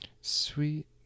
Sweet